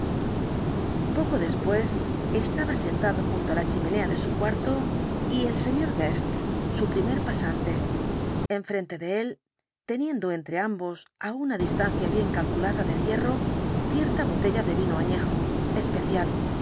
poco después estaba sentado junto á la chimenea de su cuarto y el sr guest su primer pasante enfrente de él teniendo entre ambos á una distancia bien calculada del hierro cierta botella de vino añejo especial